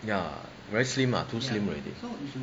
ya very slim lah too slim already